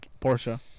Porsche